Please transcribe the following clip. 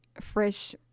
fresh